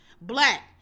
black